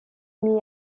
mis